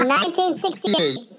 1968